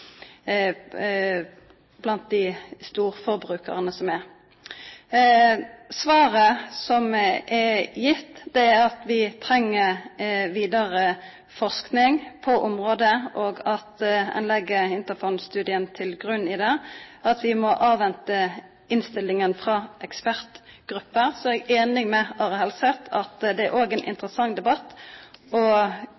blant storforbrukarane. Svaret som er gitt, er at vi treng vidare forsking på området, at ein legg Interphone-studien til grunn for det, og at vi må avvente innstillinga frå ekspertgruppa. Så er eg einig med Are Helseth i at det er interessant òg ut frå eit helseperspektiv å sjå på kor mykje vi brukar telefon, og